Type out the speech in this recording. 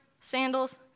sandals